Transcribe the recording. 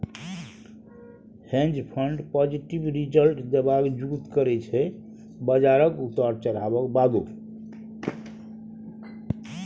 हेंज fund positive result देबाक जुगुत करय छै बजारक उतार चढ़ाबक बादो